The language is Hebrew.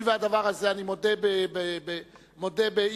אני מודה באי-הסדר,